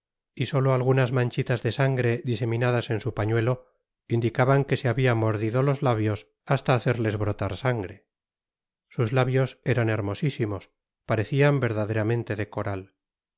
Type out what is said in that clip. y solo algunas manchitas desangre diseminadas en su pañuelo indicaban que se habia mordido los labios hasta hacerles brotar sangre sus labios eran hermosisimos parecian verdaderamente de coral